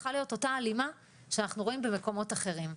צריכה להיות אותה הלימה שאנחנו רואים במקומות אחרים.